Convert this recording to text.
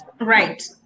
right